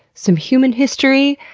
some human history,